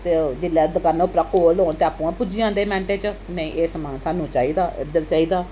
ते ओह् जिल्लै दकाना उप्परा कोल होन ते आपूं गै पुज्जी जांदे मैन्टें च नेईं एह् समान सानूं चाहिदा इद्धर चाहिदा